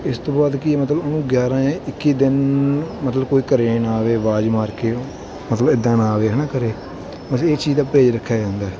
ਇਸ ਤੋਂ ਬਾਅਦ ਕੀ ਆ ਮਤਲਬ ਉਹਨੂੰ ਗਿਆਰਾਂ ਜਾਂ ਇੱਕੀ ਦਿਨ ਮਤਲਬ ਕੋਈ ਘਰ ਨਾ ਆਵੇ ਆਵਾਜ਼ ਮਾਰ ਕੇ ਮਤਲਬ ਇੱਦਾਂ ਨਾ ਆਵੇ ਹੈਨਾ ਘਰ ਬਸ ਇਹ ਚੀਜ਼ ਦਾ ਪ੍ਰਹੇਜ਼ ਰੱਖਿਆ ਜਾਂਦਾ